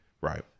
Right